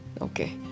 okay